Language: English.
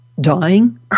dying